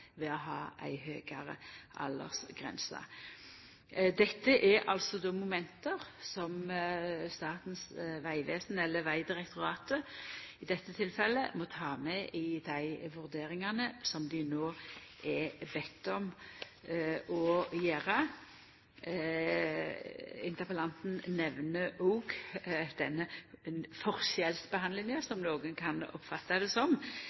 å ha ei høgare aldersgrense. Dette er moment som Statens vegvesen – eller Vegdirektoratet i dette tilfellet – må ta med i dei vurderingane som dei no er bedne om å gjera. Interpellanten nemnde òg denne forskjellsbehandlinga, som nokon kan oppfatta det som,